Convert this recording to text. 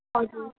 हजुर